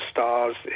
Stars